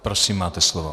Prosím, máte slovo.